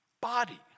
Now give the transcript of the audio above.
body